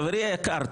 חברי היקר,